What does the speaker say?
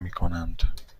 میکنند